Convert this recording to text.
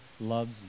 loves